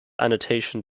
annotation